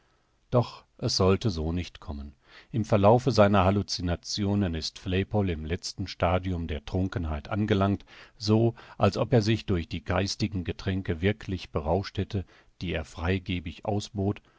doch es sollte so nicht kommen im verlaufe seiner hallucinationen ist flaypol im letzten stadium der trunkenheit angelangt so als ob er sich durch die geistigen getränke wirklich berauscht hätte die er freigebig ausbot